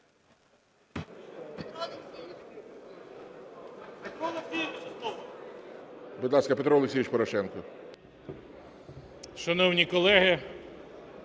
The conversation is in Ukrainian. Шановні колеги,